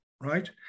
right